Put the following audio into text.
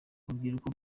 urubyiruko